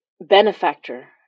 benefactor